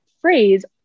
phrase